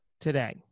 today